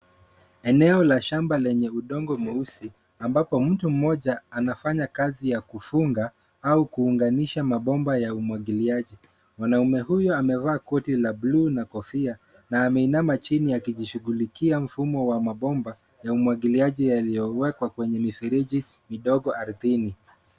Eneo la shamba lenye udongo mweusi, ambapo mtu mmoja anafanya kazi ya kufunga au kuunganisha mabomba ya umwagiliaji. Mwanamume huyu amevaa koti la blue na kofia na ameinama chini akijishughulikia mfumo wa mabomba na umwagiliaji yaliyowekwa kwenye mifereji midogo ardhini.